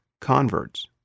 converts